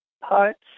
parts